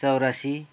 चौरासी